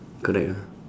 correct ah